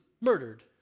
murdered